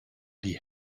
die